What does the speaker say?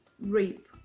rape